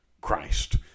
Christ